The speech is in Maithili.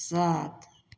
सात